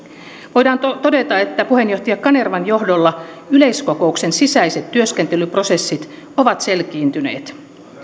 voidaan todeta että puheenjohtaja kanervan johdolla yleiskokouksen sisäiset työskentelyprosessit ovat selkiintyneet